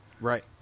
right